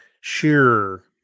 Sure